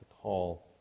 call